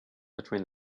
between